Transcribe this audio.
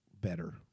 better